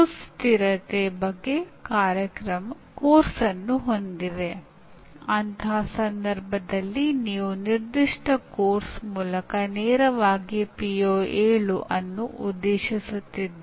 ಆದ್ದರಿಂದ ಮುಖ್ಯವಾಗಿ ನಿಮ್ಮ ಅಂದಾಜುವಿಕೆಗಳ ಮೂಲಕ ನೀವು ಯಾವ ಅಂಶವನ್ನು ಮುಖ್ಯವೆಂದು ಪರಿಗಣಿಸುವಿರಿ ಎಂಬುದನ್ನು ಹೇಳುತ್ತಿದ್ದೀರಿ